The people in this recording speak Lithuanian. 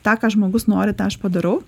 tą ką žmogus nori tą aš padarau